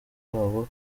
wabo